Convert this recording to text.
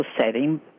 setting